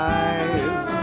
eyes